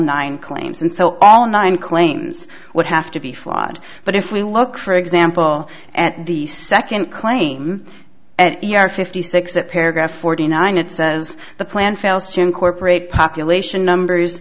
nine claims and so all nine claims would have to be flawed but if we look for example at the second claim and e r fifty six that paragraph forty nine it says the plan fails to incorporate population numbers